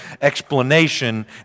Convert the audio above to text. explanation